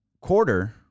quarter